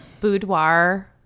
boudoir